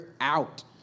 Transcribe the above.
out